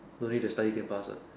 no need to study can pass what